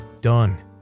done